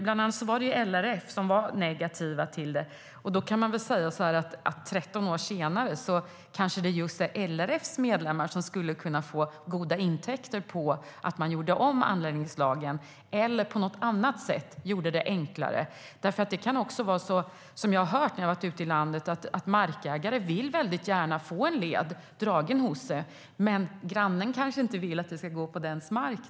Bland andra var LRF negativt, men 13 år senare är det kanske just LRF:s medlemmar som skulle kunna få goda intäkter om anläggningslagen gjordes om eller om man på något annat sätt gjorde det enklare. Många markägare ute i landet vill gärna få en led dragen hos sig, men grannen kanske inte vill ha den på sin mark.